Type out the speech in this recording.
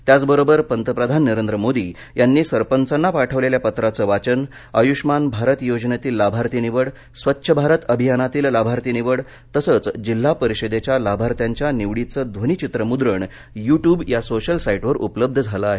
त्याच बरोबर पंतप्रधान नरेंद्र मोदी यांनी सरपंचांना पाठवलेल्या पत्राचं वाचन आयुष्यमान भारत योजनेतील लाभार्थी निवड स्वच्छ भारत अभियानातील लाभार्थी निवड तसंच जिल्हा परिषदेच्या लाभार्थ्यांच्या निवडीचं ध्वनिचित्रमुद्रण यु ट्यूब या सोशल साईटवर उपलब्ध झालं आहे